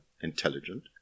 intelligent